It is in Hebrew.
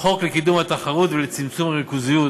בחוק לקידום התחרות ולצמצום הריכוזיות